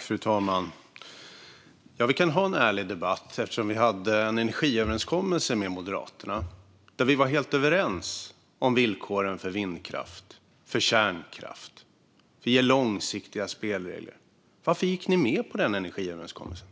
Fru talman! Vi kan ha en ärlig debatt. Vi hade en energiöverenskommelse med Moderaterna där vi var helt överens om villkoren för vindkraft och kärnkraft och om att ge långsiktiga spelregler. Varför gick ni i Moderaterna med på den energiöverenskommelsen,